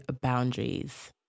boundaries